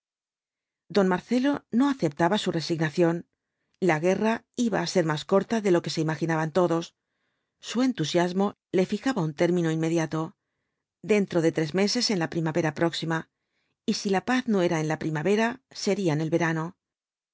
don marcelo no aceptaba su resignación la guerra iba á ser más corta de lo que se imaginaban todos su entusiasmo le fijaba un término inmediato dentro de tres meses en la primavera próxima y si la paz no era en la primavera sería en el verano